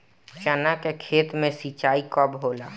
चना के खेत मे सिंचाई कब होला?